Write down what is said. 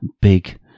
big